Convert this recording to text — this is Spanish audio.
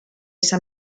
esa